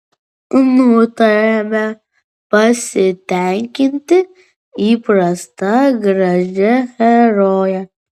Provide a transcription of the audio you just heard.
nutarėme pasitenkinti įprasta gražia heroje